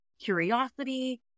curiosity